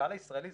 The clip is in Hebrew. הקהל הישראלי,